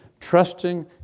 trusting